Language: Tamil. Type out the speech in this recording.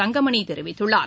தங்கமணிதெரிவித்துள்ளார்